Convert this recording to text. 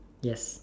yes